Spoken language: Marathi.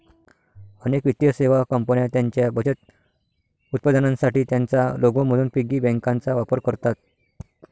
अनेक वित्तीय सेवा कंपन्या त्यांच्या बचत उत्पादनांसाठी त्यांचा लोगो म्हणून पिगी बँकांचा वापर करतात